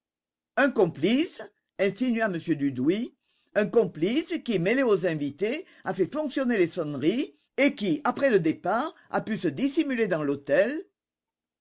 un complice insinua m dudouis un complice qui mêlé aux invités a fait fonctionner les sonneries et qui après le départ a pu se dissimuler dans l'hôtel